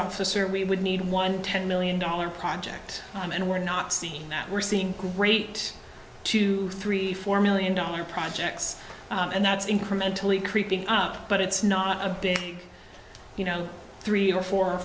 officer we would need one ten million dollar project and we're not seeing that we're seeing great two three four million dollar projects and that's incrementally creeping up but it's not a big you know three or four or